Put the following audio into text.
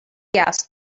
asked